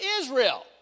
Israel